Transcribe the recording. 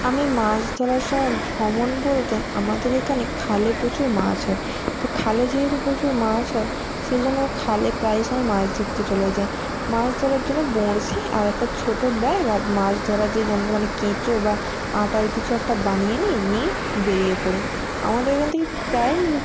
আমি মাছ ধরার সময় ভ্রমণ বলতে আমাদের এখানে খালে প্রচুর মাছ হয় তো খালে যেহেতু প্রচুর মাছ হয় সেই জন্য খালে প্রায়শই মাছ ধরতে চলে যাই মাছ ধরার জন্য বড়শি আর একটা ছোট ব্যাগ আর মাছ ধরার যে যন্ত্র মানে কেঁচো বা আটার কিছু একটা বানিয়ে নিই নিয়ে বেরিয়ে পড়ি আমাদের এখান থেকে প্রায়